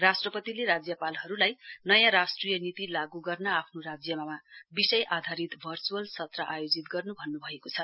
राष्ट्रपतिले राज्यपालहरुलाई नयाँ राष्ट्रिय नीति लागू गर्न आफ्नो राज्यमा विषय आधारित भर्चुअल सत्र आयोजित गर्नु भन्नुभएको छ